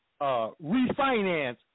refinance